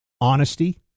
honesty